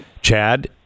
Chad